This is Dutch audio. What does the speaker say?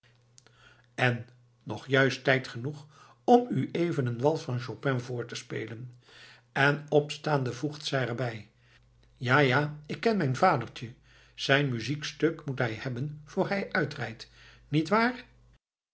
en nog juist tijd genoeg om u even een wals van chopin voor te spelen en opstaande voegt zij er bij ja ja ik ken mijn vadertje zijn muziekstuk moet hij hebben voor hij uitrijdt niet waar